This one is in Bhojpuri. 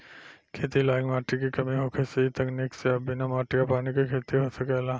खेती लायक माटी के कमी होखे से इ तकनीक से अब बिना माटी आ पानी के खेती हो सकेला